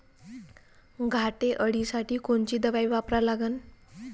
घाटे अळी साठी कोनची दवाई वापरा लागन?